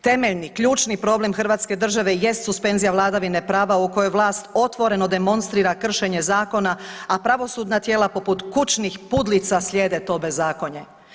Temeljni, ključni problem hrvatske države jest suspenzija vladavine prava u kojoj vlas otvoreno demonstrira kršenje zakona, a pravosudna tijela poput kućnih pudlica slijede to bezakonje.